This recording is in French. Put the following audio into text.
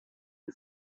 une